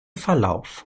verlauf